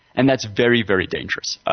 and that's very, very dangerous.